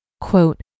Quote